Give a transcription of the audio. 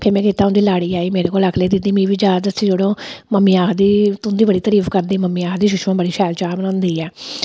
फिर में केह् कीता उं'दी लाड़ी आई मेरे कोल आखन लगी दीदी मिगी बी जाच दस्सी ओड़ो मम्मी आखदी तुं'दी बड़ी तरीफ करदी मम्मी आखदी सुषमा बड़ी शैल चाह् बनांदी ऐ